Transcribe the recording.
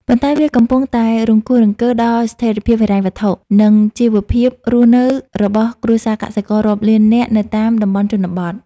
ប៉ុន្តែវាកំពុងតែរង្គោះរង្គើដល់ស្ថិរភាពហិរញ្ញវត្ថុ និងជីវភាពរស់នៅរបស់គ្រួសារកសិកររាប់លាននាក់នៅតាមតំបន់ជនបទ។